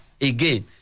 again